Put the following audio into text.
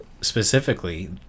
specifically